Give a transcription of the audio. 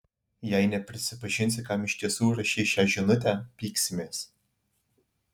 jei neprisipažinsi kam iš tiesų rašei šią žinutę pyksimės